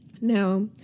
Now